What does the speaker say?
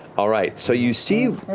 all right, so you see.